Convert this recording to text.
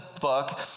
book